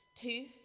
Two